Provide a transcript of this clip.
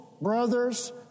brothers